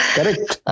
Correct